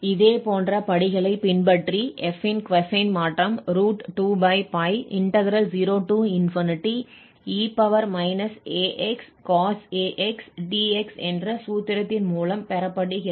இதே போன்ற படிகளைப் பின்பற்றி f இன் கொசைன் மாற்றம் 20e ax cosax dx என்ற சூத்திரத்தின் மூலம் பெறப்படுகிறது